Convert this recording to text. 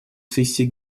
сессии